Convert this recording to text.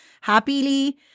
happily